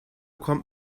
kommt